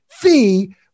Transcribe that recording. fee